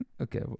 Okay